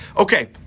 Okay